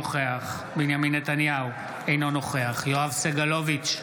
נוכח בנימין נתניהו, אינו נוכח יואב סגלוביץ'